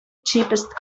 cheapest